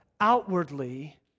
outwardly